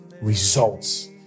results